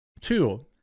Two